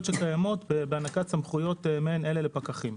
שקיימות בהענקת סמכויות מעין אלה לפקחים.